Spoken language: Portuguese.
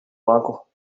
banco